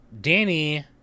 danny